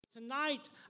Tonight